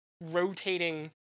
rotating